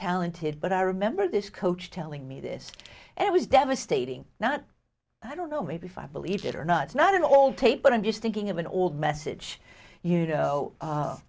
talented but i remember this coach telling me this it was devastating not i don't know maybe five believe it or not it's not an old tape but i'm just thinking of an old message you know